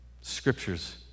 Scripture's